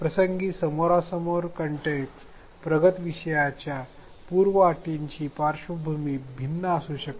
प्रसंगी समोरासमोर कंटेक्स्ट सारखी प्रगत विषयांच्या पूर्वअटींची पार्श्वभूमी भिन्न असू शकते